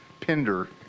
Pinder